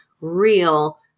real